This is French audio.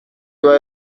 doit